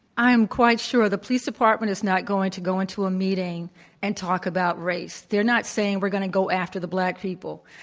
i am quite sure the police department is not going to go into a meeting and talk about race. they're not saying, we're going to go after the black people.